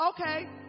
Okay